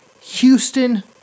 Houston